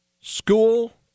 school